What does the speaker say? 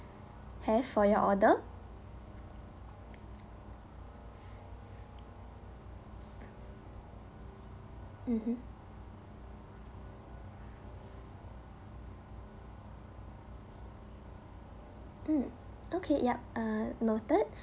have for your order mmhmm mm okay yup noted